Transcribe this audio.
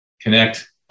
connect